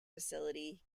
facility